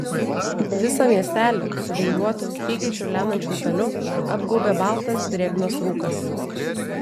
visą miesteli su vingiuotu tykiai čiurlenančiu upeliu apgaubė baltas drėgnas rūkas